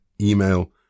email